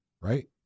Right